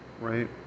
Right